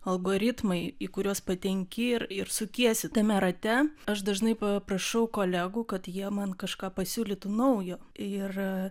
algoritmai į kuriuos patenki ir ir sukiesi tame rate aš dažnai paprašau kolegų kad jie man kažką pasiūlytų naujo ir